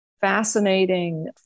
fascinating